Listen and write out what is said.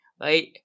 right